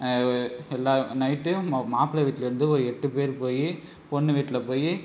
ஒ எல்லா நைட் மா மாப்பிள்ளை வீட்டிலேருந்து ஒரு எட்டு பேர் போய் பொண்ணு வீட்டில் போய்